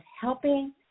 helping